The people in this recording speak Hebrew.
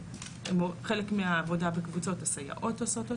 חלק מהעבודה בקבוצות הסייעות עושות אותן,